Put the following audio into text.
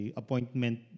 appointment